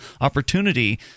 opportunity